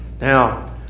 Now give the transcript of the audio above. Now